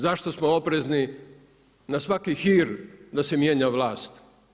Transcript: Zašto smo oprezni na svaki hir da se mijenja vlast.